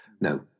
No